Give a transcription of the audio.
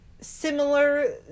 similar